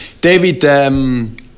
David